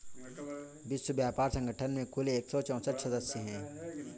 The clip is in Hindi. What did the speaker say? विश्व व्यापार संगठन में कुल एक सौ चौसठ सदस्य हैं